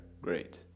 Great